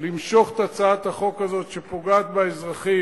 למשוך את הצעת החוק הזאת שפוגעת באזרחים,